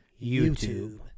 YouTube